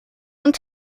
und